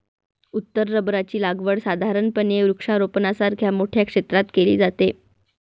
उत्तर रबराची लागवड साधारणपणे वृक्षारोपणासारख्या मोठ्या क्षेत्रात केली जाते